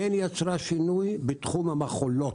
היא יצרה שינוי בתחום המכולות.